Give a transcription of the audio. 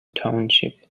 township